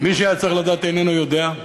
מי שהיה צריך לדעת איננו יודע.